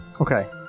Okay